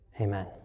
amen